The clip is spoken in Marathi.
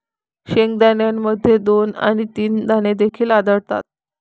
शेंगदाण्यामध्ये दोन आणि तीन दाणे देखील आढळतात